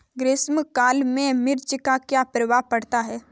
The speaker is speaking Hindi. ग्रीष्म काल में मिर्च पर क्या प्रभाव पड़ता है?